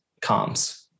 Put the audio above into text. comms